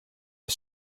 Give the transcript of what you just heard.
are